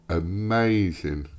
amazing